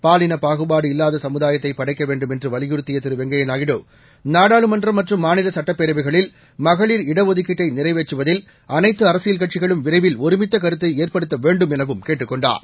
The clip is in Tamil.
பாலினப் பாகுபாடு இல்லாத சமுதாயத்தை படைக்க வேண்டும் என்று வலியுறத்திய வெங்கைய நாயுடு நாடாளுமன்றம் மற்றும் மாநில சுட்டப்பேரவைகளில் மகளிர் இடஒதுக்கீட்டை நிறைவேற்றுவதில் அனைத்து அரசியல் கட்சிகளும் விரைவில் ஒருமித்த கருத்தை ஏற்படுத்த வேண்டும் எனவும் கேட்டுக் கொண்டார்